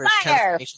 Fire